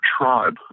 tribe